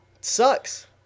sucks